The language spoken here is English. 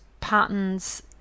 patterns